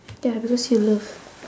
ya because you love